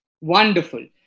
Wonderful